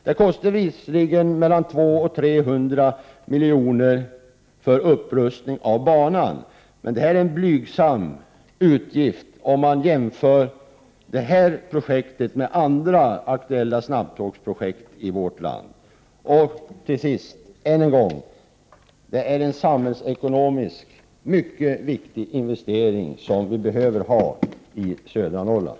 Det kostar visserligen mellan 200 och 300 miljoner i upprustning av banan, men det är en blygsam utgift om man jämför det projektet med andra aktuella snabbtågsprojekt i vårt land. Till sist vill jag än en gång framhålla att det är en samhällsekonomiskt mycket viktig investering som vi behöver i södra Norrland.